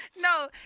No